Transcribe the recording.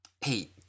hey